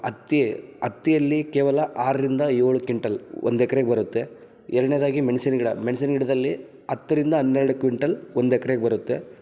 ಹತ್ತಿ ಹತ್ತಿಯಲ್ಲಿ ಕೇವಲ ಆರರಿಂದ ಏಳು ಕಿಂಟಲ್ ಒಂದು ಎಕ್ರೆಗೆ ಬರುತ್ತೆ ಎರಡನೇದಾಗಿ ಮೆಣ್ಸಿನ ಗಿಡ ಮೆಣ್ಸಿನ ಗಿಡದಲ್ಲಿ ಹತ್ತರಿಂದ ಹನ್ನೆರಡು ಕ್ವಿಂಟಲ್ ಒಂದು ಎಕ್ರೆಗೆ ಬರುತ್ತೆ